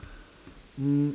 um